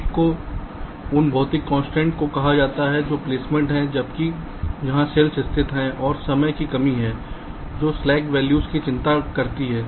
एक को उन भौतिक कंस्ट्रेंट्स को कहा जाता है जो प्लेसमेंट हैं इसलिए जहां सेल्स स्थित हैं और समय की कमी है जो स्लैक वैल्यूज की चिंता करती है